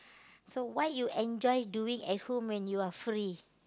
so what you enjoy doing at home when you are free